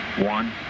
one